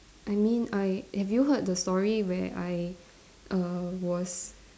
I mean I have you heard the story where I err was